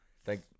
Thank